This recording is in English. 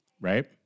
right